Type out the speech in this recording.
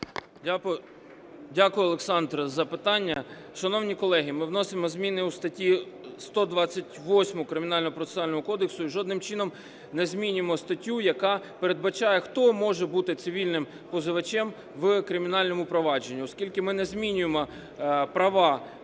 Дякую, Олександре, за питання. Шановні колеги, ми вносимо зміни у статтю 128 Кримінального процесуального кодексу і жодним чином не змінюємо статтю, яка передбачає хто може бути цивільним позивачем в кримінальному провадженні. Оскільки ми не змінюємо права,